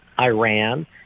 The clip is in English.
Iran